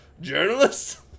Journalists